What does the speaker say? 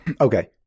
okay